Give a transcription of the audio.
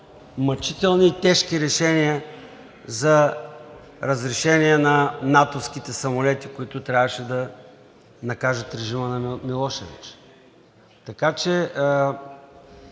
мъчителни и тежки решения за разрешение на натовските самолети, които трябваше да накажат режима на Милошевич. Така че